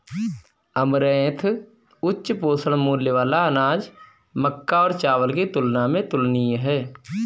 amaranth उच्च पोषण मूल्य वाला अनाज मक्का और चावल की तुलना में तुलनीय है